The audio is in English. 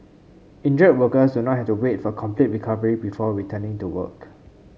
injured workers do not have to wait for complete recovery before returning to work